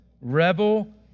rebel